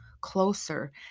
closer